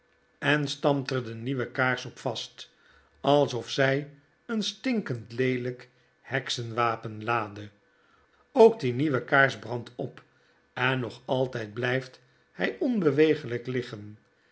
en stampt er de nieuwe kaars op vast alsof zij een stinkend leelyk heksenwapen laadde ook die nieuwe kaars brandt op en nog altyd blyft hy onbewegelyk liggen